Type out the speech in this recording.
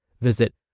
Visit